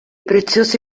preziosi